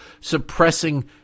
suppressing